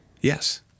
Yes